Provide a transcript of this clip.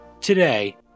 Today